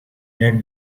net